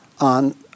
on